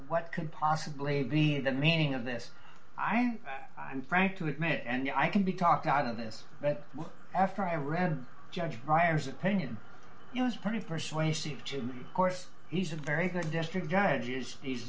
what could possibly be the meaning of this i am frank to admit and i can be talked out of this but after i read judge writer's opinion it was pretty persuasive to course he's a very good district judge